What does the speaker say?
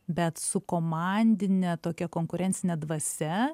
bet su komandine tokia konkurencine dvasia